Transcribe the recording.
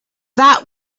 that